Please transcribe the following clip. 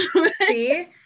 see